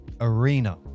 arena